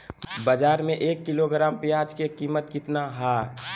बाजार में एक किलोग्राम प्याज के कीमत कितना हाय?